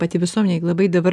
pati visuomenė jeigu labai dabar